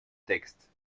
texte